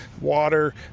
water